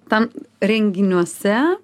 tam renginiuose